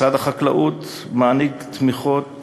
משרד החקלאות מעניק תמיכות